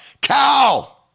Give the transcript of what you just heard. cow